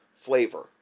flavor